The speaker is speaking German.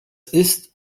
ist